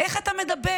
איך אתה מדבר?